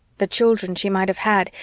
the children she might have had,